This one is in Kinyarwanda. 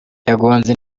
yagonze